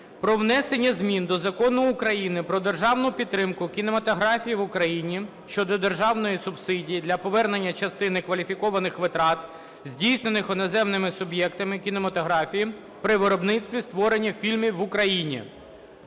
про внесення змін до Закону України "Про державну підтримку кінематографії в Україні" щодо державної субсидії для повернення частини кваліфікованих витрат, здійснених іноземним суб'єктом кінематографії при виробництві (створенні) фільму в Україні.